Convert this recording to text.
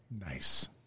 Nice